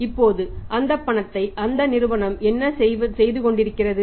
இப்போது அந்த பணத்தை அந்த நிறுவனம் என்ன செய்து கொண்டிருக்கிறது